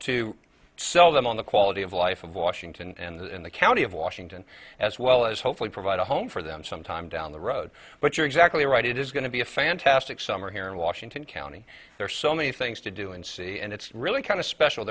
to sell them on the quality of life in washington and in the county of washington as well as hopefully provide a home for them some time down the road but you're exactly right it is going to be a fantastic summer here in washington county there are so many things to do and see and it's really kind of special